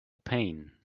pain